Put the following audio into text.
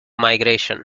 migration